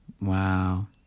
Wow